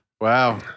Wow